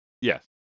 yes